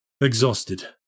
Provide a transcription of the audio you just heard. Exhausted